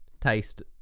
Taste